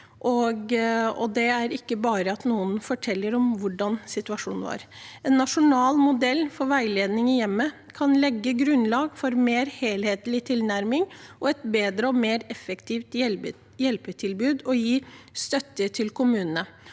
og det er ikke bare at noen forteller om hvordan situasjonen er. En nasjonal modell for veiledning i hjemmet kan legge grunnlag for mer helhetlig tilnærming og et bedre og mer effektivt hjelpetilbud og gi støtte til kommunene.